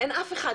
אין אתו אף אחד.